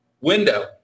window